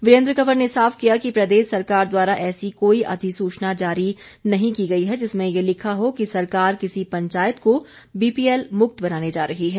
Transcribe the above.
वीरेंद्र कंवर ने साफ किया कि प्रदेश सरकार द्वारा ऐसी कोई अधिसूचना जारी नहीं की गई है जिसमें ये लिखा हो कि सरकार किसी पंचायत को बीपीएल मुक्त बनाने जा रही है